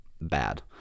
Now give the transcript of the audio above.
bad